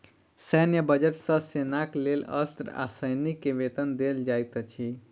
सैन्य बजट सॅ सेनाक लेल अस्त्र आ सैनिक के वेतन देल जाइत अछि